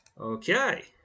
Okay